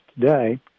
today